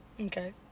Okay